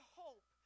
hope